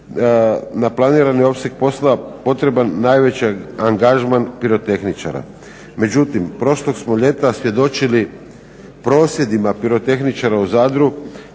na planirani opseg posla potreban najveći angažman pirotehničara. Međutim, prošlog smo ljeta svjedočili prosvjedima pirotehničara u Zadru.